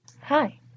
Hi